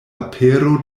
apero